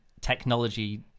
technology